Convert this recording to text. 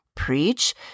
Preach